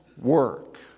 work